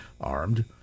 armed